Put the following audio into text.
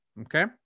okay